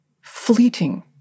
fleeting